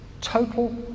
total